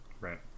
Right